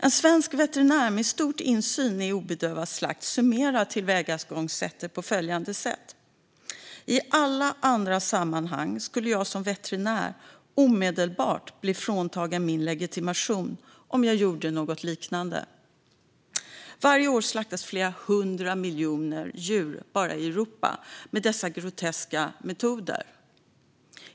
En svensk veterinär med stor insyn i obedövad slakt summerar tillvägagångssättet på följande sätt: "I alla andra sammanhang skulle jag som veterinär omedelbart bli fråntagen min legitimation om jag gjorde något liknande." Varje år slaktas flera hundra miljoner djur bara i Europa med dessa groteska metoder.